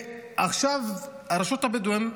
ברשות הבדואים,